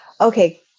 Okay